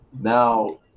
now